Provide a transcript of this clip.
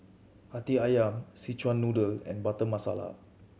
Hati Ayam Szechuan Noodle and Butter Masala